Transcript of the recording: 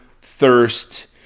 thirst